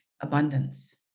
abundance